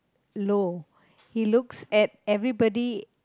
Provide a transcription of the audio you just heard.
low he looks at everybody